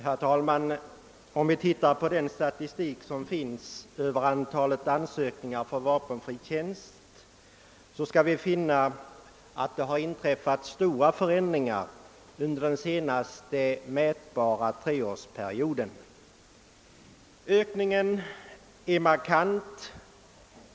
Herr talman! Om vi ser på den statistik som finns över alla ansökningar om vapenfri tjänst, kan vi konstatera att det har inträffat stora förändringar under den senaste mätbara treårsperioden. Ökningen av antalet ansökningar är markant.